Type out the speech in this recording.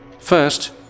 First